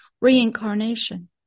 reincarnation